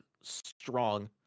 strong